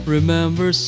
Remember